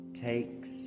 takes